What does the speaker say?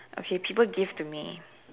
okay people give to me